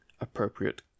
appropriate